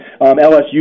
LSU